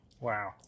Wow